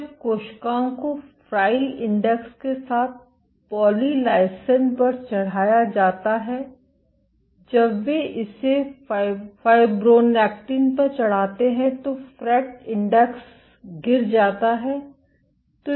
जब कोशिकाओं को फ्राईल इंडेक्स के साथ पॉलीलाइसेन पर चढ़ाया जाता है जब वे इसे फाइब्रोनेक्टिन पर चढ़ाते हैं तो फ्रेट इंडेक्स गिर जाता है